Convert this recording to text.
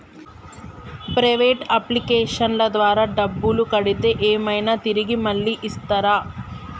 Private అప్లికేషన్ల ద్వారా డబ్బులు కడితే ఏమైనా తిరిగి మళ్ళీ ఇస్తరా?